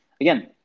again